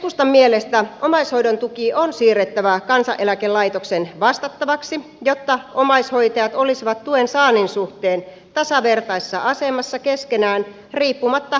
keskustan mielestä omaishoidon tuki on siirrettävä kansaneläkelaitoksen vastattavaksi jotta omaishoitajat olisivat tuen saannin suhteen tasavertaisessa asemassa keskenään riippumatta kotipaikkakunnastaan